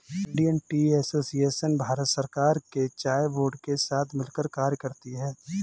Indian tea association Bharat सरकार के चाय बोर्ड के साथ मिलकर कार्य करती है